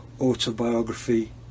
autobiography